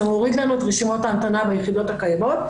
וזה מוריד לנו את רשימות ההמתנה ביחידות הקיימות,